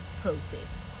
process